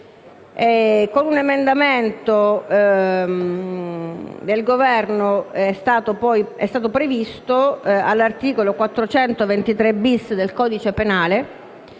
Con un emendamento del Governo, infatti, è stato previsto all'articolo 423-*bis* del codice penale,